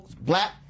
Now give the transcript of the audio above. black